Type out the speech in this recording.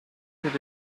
dish